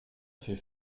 fait